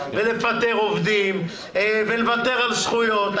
לפטר עובדים ולוותר על זכויות,